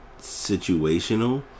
situational